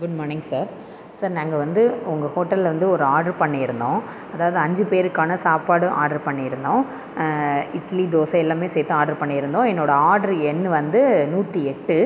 good morning sir sir நாங்கள் வந்து உங்கள் ஹோட்டலில் வந்து ஒரு ஆர்ட்ரு பண்ணியிருந்தோம் அதாவது அஞ்சு பேருக்கான சாப்பாடு ஆர்ட்ரு பண்ணியிருந்தோம் இட்லி தோசை எல்லாம் சேர்த்து ஆர்ட்ரு பண்ணியிருந்தோம் என்னோடய ஆர்ட்ரு எண் வந்து நூற்றியெட்டு